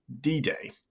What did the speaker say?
D-Day